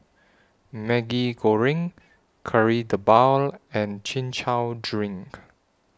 Maggi Goreng Kari Debal and Chin Chow Drink